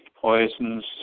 poisons